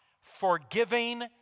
forgiving